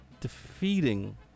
defeating